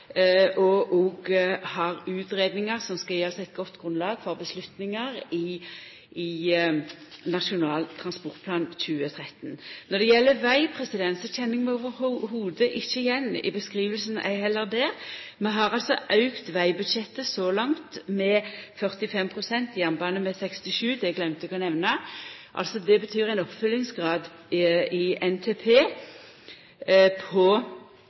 og har utgreiingar som skal gje oss eit godt grunnlag for avgjerder i Nasjonal transportplan i 2013. Når det gjeld veg, kjenner eg meg ikkje i det heile igjen i beskrivinga, ei heller der. Vi har altså auka vegbudsjettet så langt med 45 pst., jernbane med 67 pst. – det gløymde eg å nemna. Det betyr ein oppfølgingsgrad i NTP på